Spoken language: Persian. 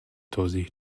توضیح